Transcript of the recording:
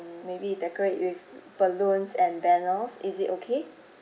maybe decorate with balloons and banners is it okay